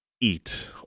eat